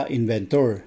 inventor